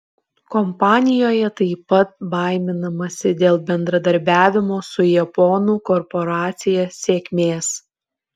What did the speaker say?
kompanijoje taip pat baiminamasi dėl bendradarbiavimo su japonų korporacija sėkmės